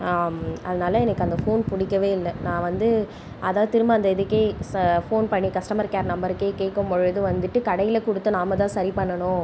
அதனால எனக்கு அந்த ஃபோன் பிடிக்கவே இல்ல நான் வந்து அதான் திரும்ப அந்த இதுக்கே ஃபோன் பண்ணி கஸ்டமர் கேர் நம்பருக்கு கேட்கும் பொழுது வந்துட்டு கடையில் கொடுத்து நாம் தான் சரி பண்ணணும்